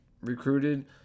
recruited